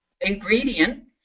ingredient